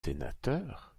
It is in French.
sénateur